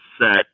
set